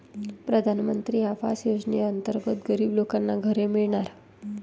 प्रधानमंत्री आवास योजनेअंतर्गत गरीब लोकांना घरे मिळणार